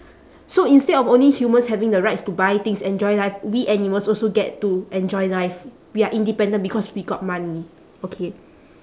so instead of only humans having the rights to buy things enjoy life we animals also get to enjoy life we are independent because we got money okay